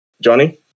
Johnny